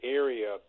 area